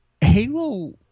Halo